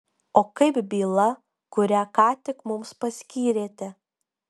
o kaip byla kurią ką tik mums paskyrėte